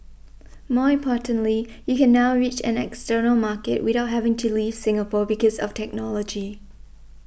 more importantly you can now reach an external market without having to leave Singapore because of technology